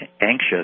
anxious